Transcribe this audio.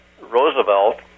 Roosevelt